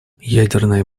ядерная